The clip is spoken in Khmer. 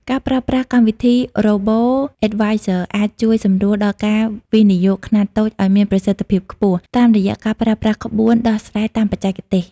ការប្រើប្រាស់កម្មវិធី Robo-advisors អាចជួយសម្រួលដល់ការវិនិយោគខ្នាតតូចឱ្យមានប្រសិទ្ធភាពខ្ពស់ តាមរយៈការប្រើប្រាស់ក្បួនដោះស្រាយតាមបច្ចេកទេស។